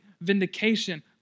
vindication